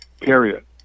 period